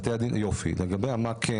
יופי לגבי מה כן